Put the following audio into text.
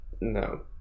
no